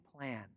plan